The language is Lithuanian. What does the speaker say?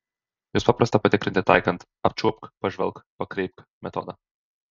juos paprasta patikrinti taikant apčiuopk pažvelk pakreipk metodą